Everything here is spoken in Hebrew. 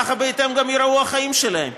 ככה בהתאם גם ייראו החיים שלהם.